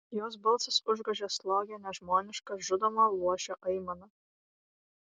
jos balsas užgožė slogią nežmonišką žudomo luošio aimaną